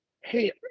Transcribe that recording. hey